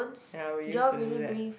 ya we used to do that